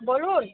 বলুন